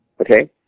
Okay